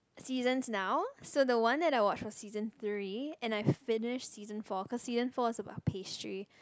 seasons now so the one that I watch was season three and I've finished season four because season four is about pastry